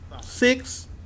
six